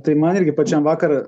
tai man irgi pačiam vakar